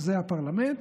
שזה הפרלמנט.